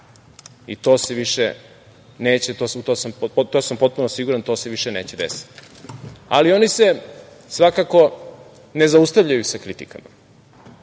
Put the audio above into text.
to se više neće desiti. Ali, oni se svakako ne zaustavljaju sa kritikama.